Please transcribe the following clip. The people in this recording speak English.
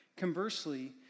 Conversely